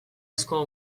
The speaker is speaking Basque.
asko